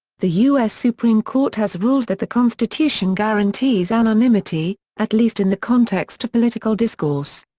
the u s. supreme court has ruled that the constitution guarantees anonymity, at least in the context of political discourse.